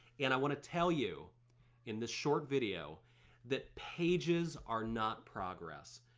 and i wanna tell you in this short video that pages are not progress.